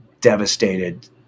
devastated